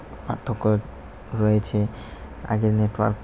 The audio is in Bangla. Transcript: পার্থক্য রয়েছে আগের নেটওয়ার্ক